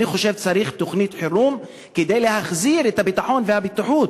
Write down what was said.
אני חושב שצריך תוכנית חירום כדי להחזיר את הביטחון והבטיחות,